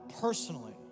personally